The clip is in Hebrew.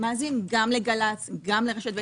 מאזין גם לגל"צ, גם לרשת ב'.